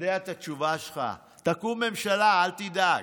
יודע את התשובה שלך: תקום ממשלה, אל תדאג.